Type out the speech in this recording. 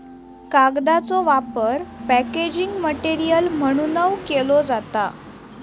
कागदाचो वापर packaging material म्हणूनव केलो जाता